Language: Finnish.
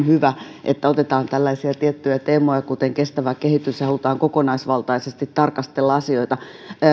hyvä että otetaan tällaisia tiettyjä teemoja kuten kestävä kehitys ja halutaan kokonaisvaltaisesti tarkastella asioita